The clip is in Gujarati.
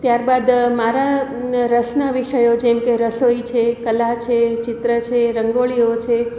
ત્યાર બાદ મારા રસના વિષયો જેમ કે રસોઈ છે કલા છે ચિત્ર છે રંગોળીઓ છે